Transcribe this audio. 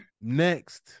Next